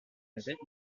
avait